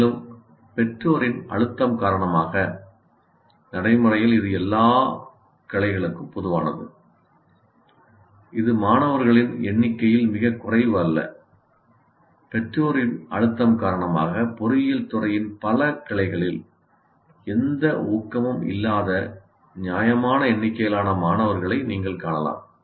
மேலும் பெற்றோரின் அழுத்தம் காரணமாக நடைமுறையில் இது எல்லா கிளைகளுக்கும் பொதுவானது இது மாணவர்களின் எண்ணிக்கையில் மிகக் குறைவு அல்ல பொறியியல் துறையின் பல கிளைகளில் எந்த ஊக்கமும் இல்லாத நியாயமான எண்ணிக்கையிலான மாணவர்களை நீங்கள் காணலாம்